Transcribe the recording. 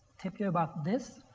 tip you about this.